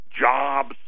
jobs